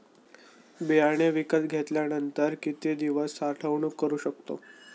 बियाणे विकत घेतल्यानंतर किती दिवस साठवणूक करू शकतो?